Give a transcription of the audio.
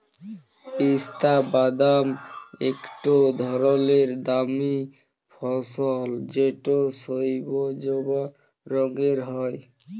পিস্তা বাদাম ইকট ধরলের দামি ফসল যেট সইবজা রঙের হ্যয়